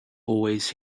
always